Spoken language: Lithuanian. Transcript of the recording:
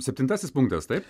septintasis punktas taip